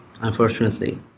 unfortunately